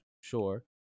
sure